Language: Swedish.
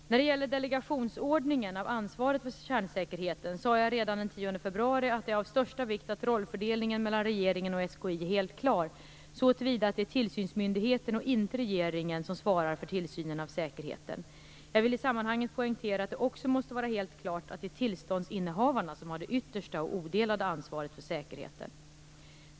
När det gäller delegationsordningen av ansvaret för kärnsäkerheten sade jag redan den 10 februari att det är av största vikt att rollfördelningen mellan regeringen och SKI är helt klar så till vida att det är tillsynsmyndigheten och inte regeringen som svarar för tillsynen av säkerheten. Jag vill i sammanhanget poängtera att det också måste vara helt klart att det är tillståndsinnehavarna som har det yttersta och odelade ansvaret för säkerheten.